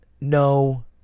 No